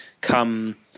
come